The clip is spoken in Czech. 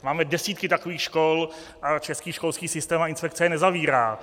Máme desítky takových škol a český školský systém a inspekce je nezavírá.